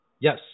Yes